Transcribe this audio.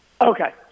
Okay